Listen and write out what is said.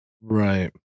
right